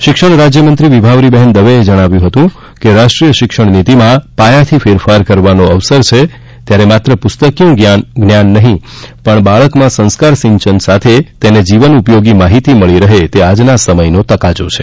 શિક્ષણ રાજ્યમંત્રી વિભાવરીબેન દવેએ જણાવ્યું હતું કે રાષ્ટ્રીય શિક્ષણ નીતિમાં પાયાથી ફેરફાર કરવાનો અવસર છે ત્યારે માત્ર પુસ્તકીયું જ્ઞાન નહીં પણ બાળકમાં સંસ્કાર સિંચન સાથે તેને જીવન ઉપયોગી માહિતી મળી રહે તે આજના સમયનો તકાજો છે